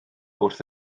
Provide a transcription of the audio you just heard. wrth